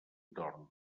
torn